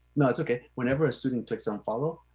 no, it's okay. whenever a student clicks on follow